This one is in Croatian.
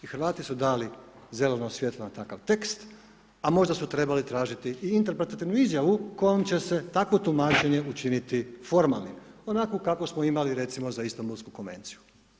I Hrvati su dali zeleno svjetlo na takav tekst, a možda su trebali tražiti i interpretativnu izjavu kojom će se takvo tumačenje učiniti formalnim, onakvo kakvo smo imali, recimo za Istambulsku Konvenciju.